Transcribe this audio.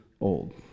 old